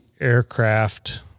aircraft